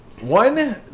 One